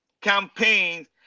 campaigns